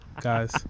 Guys